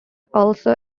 also